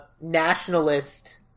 nationalist